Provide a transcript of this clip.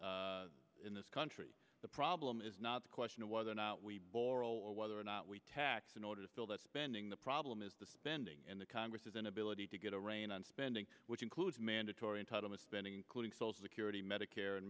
spending in this country the problem is not the question of whether or not we borel or whether or not we tax in order to fill that spending the problem is the spending in the congress is inability to get a rein on spending which includes mandatory entitlement spending including social security medicare and